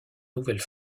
nouvelle